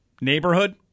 neighborhood